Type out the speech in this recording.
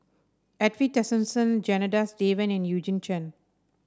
Edwin Tessensohn Janadas Devan and Eugene Chen